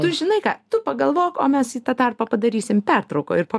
tu žinai ką tu pagalvok o mes į tą tarpą padarysim pertrauką ir po